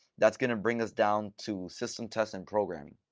that's going to bring us down to system tests and programming.